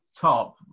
Top